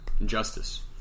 Injustice